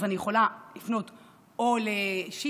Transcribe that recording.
אני יכולה לפנות לשיבא,